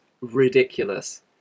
ridiculous